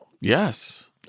Yes